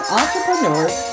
entrepreneurs